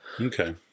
okay